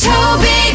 Toby